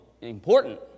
important